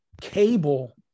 Cable